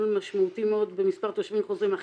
משמעותי מאוד במספר תושבים חוזרים,